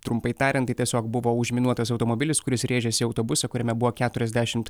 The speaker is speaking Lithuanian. trumpai tariant tai tiesiog buvo užminuotas automobilis kuris rėžėsi į autobusą kuriame buvo keturiasdešimt